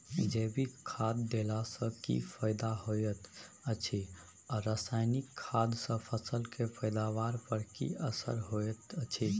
जैविक खाद देला सॅ की फायदा होयत अछि आ रसायनिक खाद सॅ फसल के पैदावार पर की असर होयत अछि?